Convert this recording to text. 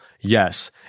Yes